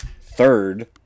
Third